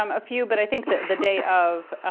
um a few. but i think the the day of,